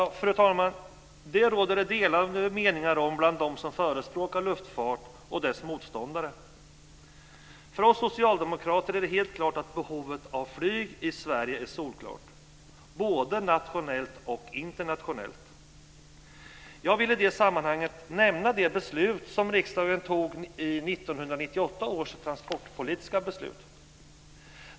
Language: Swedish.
Fru talman! Detta råder det delade meningar om bland dem som förespråkar luftfart och deras motståndare. För oss socialdemokrater är behovet av flyg i Sverige solklart. Det gäller för både nationellt och internationellt flyg. Jag vill i detta sammanhang nämna riksdagens transportpolitiska beslut 1998.